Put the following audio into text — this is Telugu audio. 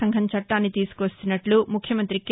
సంఘం చట్టాన్ని తీసుకు వస్తున్నట్లు ముఖ్యమంతి కె